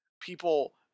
People